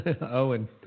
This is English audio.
Owen